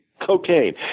cocaine